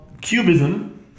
Cubism